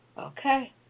Okay